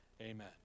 Amen